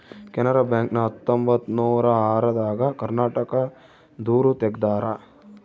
ಕೆನಾರ ಬ್ಯಾಂಕ್ ನ ಹತ್ತೊಂಬತ್ತನೂರ ಆರ ದಾಗ ಕರ್ನಾಟಕ ದೂರು ತೆಗ್ದಾರ